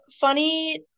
funny